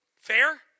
Fair